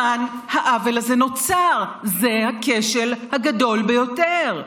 כאן העוול הזה נוצר, זה הכשל הגדול ביותר.